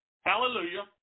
Hallelujah